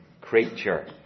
creature